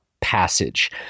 passage